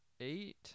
eight